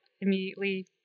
immediately